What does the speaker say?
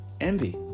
envy